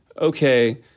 okay